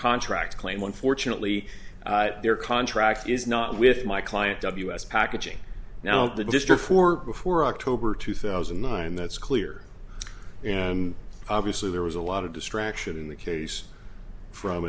contract fortunately their contract is not with my client ws packaging now the district for before october two thousand and nine that's clear and obviously there was a lot of distraction in the case from